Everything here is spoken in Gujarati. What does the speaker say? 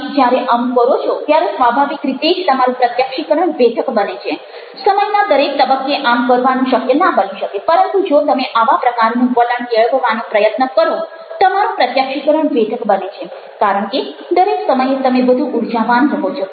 તમે જ્યારે આવું કરો છો ત્યારે સ્વાભાવિક રીતે જ તમારું પ્રત્યક્ષીકરણ વેધક બને છે સમયના દરેક તબક્કે આમ કરવું શક્ય ના બની શકે પરંતુ જો તમે આવા પ્રકારનું વલણ કેળવવાનો પ્રયત્ન કરો તમારું પ્રત્યક્ષીકરણ વેધક બને છે કારણ કે દરેક સમયે તમે વધુ ઊર્જાવાન રહો છો